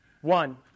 one